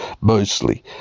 mostly